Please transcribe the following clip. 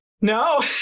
No